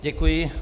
Děkuji.